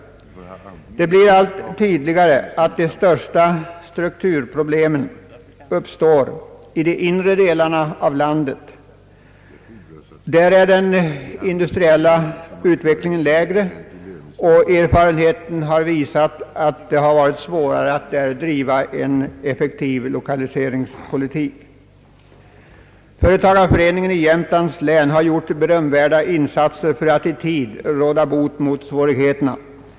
Det blir allt tydligare att de största strukturproblemen uppstår i de inre delarna av landet. Där är den industriella utvecklingen lägre, och erfarenheten har visat att det har varit svårare att driva en effektiv lokaliseringspolitik i dessa områden. Företagareföreningen i Jämtlands län har gjort berömvärda insatser för att i tid råda bot mot svårigheterna.